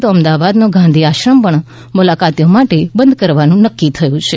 તો અમદાવાદનો ગાંધી આશ્રમ પણ મુલાકાતીઓ માટે બંધ કરવાનું નક્કી થયું છે